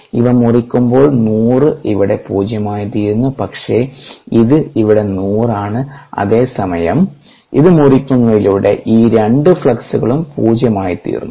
ഇവ മുറിക്കുമ്പോൾ 100 ഇവിടെ പൂജ്യമായിത്തീരുന്നു പക്ഷേ ഇത് ഇവിടെ 100 ആണ് അതേസമയം ഇത് മുറിക്കുന്നതിലൂടെ ഈ രണ്ട് ഫ്ലക്സുകളും പൂജ്യമായിത്തീർന്നു